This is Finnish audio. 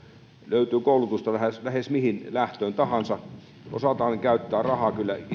löytyy koulutusta lähes lähes mihin lähtöön tahansa ja osataan käyttää rahaa kyllä